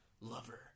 lover